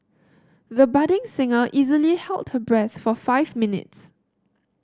the budding singer easily held her breath for five minutes